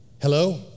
Hello